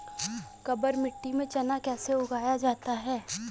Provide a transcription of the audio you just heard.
काबर मिट्टी में चना कैसे उगाया जाता है?